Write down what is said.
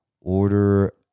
order